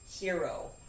hero